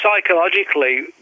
psychologically